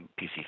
PC